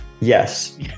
yes